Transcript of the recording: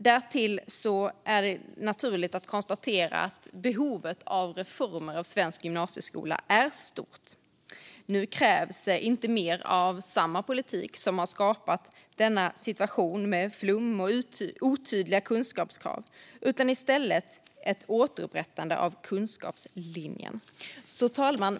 Därtill är det naturligt att konstatera att behovet av reformer av svensk gymnasieskola är stort. Nu krävs inte mer av samma politik som har skapat denna situation, med flum och otydliga kunskapskrav, utan i stället ett återupprättande av kunskapslinjen. Fru talman!